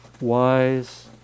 wise